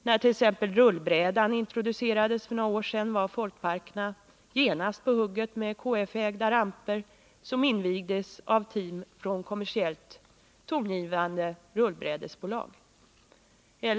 När t.ex. rullbrädan introducerades för några år sedan var Folkparkerna genast på hugget med KF-ägda ramper, som invigdes av team från kommersiellt tongivande rullbrädestillverkare.